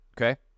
okay